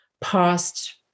past